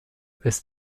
ist